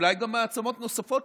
אולי גם מעצמות נוספות,